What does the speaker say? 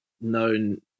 known